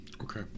Okay